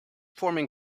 forming